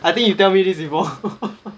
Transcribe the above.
I think you tell me this before